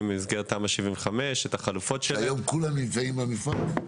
במסגרת תמ"א 75. היום כולם נמצאים בחיפה?